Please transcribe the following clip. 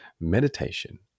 meditation